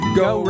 go